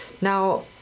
now